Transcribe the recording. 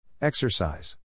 Exercise